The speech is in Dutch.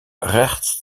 rechts